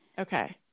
Okay